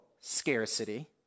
scarcity